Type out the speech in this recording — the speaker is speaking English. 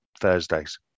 Thursdays